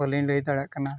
ᱵᱟᱞᱤᱧ ᱞᱟᱹᱭ ᱫᱟᱲᱮᱭᱟᱜ ᱠᱟᱱᱟ